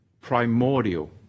primordial